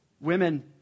Women